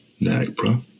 NAGPRA